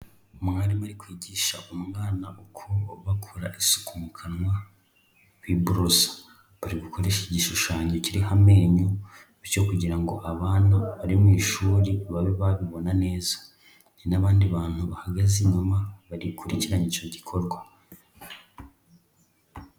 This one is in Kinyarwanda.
Umwarimu uri kwigisha umwana uko bakora isuku mu kanwa biborosa, bari gukoresha igishushanyo kiriho amenyo bityo kugira ngo abana bari mu ishuri babe babibona neza, hari n'abandi bantu bahagaze inyuma bakurikiranye icyo gikorwa.